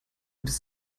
bist